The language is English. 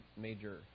major